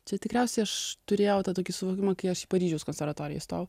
čia tikriausiai aš turėjau tą tokį suvokimą kai aš į paryžiaus konservatoriją įstojau